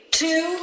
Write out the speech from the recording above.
two